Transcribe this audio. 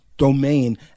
domain